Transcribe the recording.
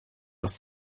aus